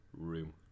room